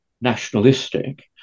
nationalistic